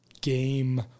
game